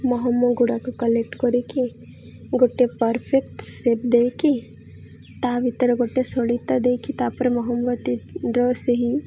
ମହମ ଗୁଡ଼ାକୁ କଲେକ୍ଟ କରିକି ଗୋଟେ ପରଫେକ୍ଟ ସେପ୍ ଦେଇକି ତା ଭିତରେ ଗୋଟେ ସଳିତା ଦେଇକି ତାପରେ ମହମବତୀର ସେହି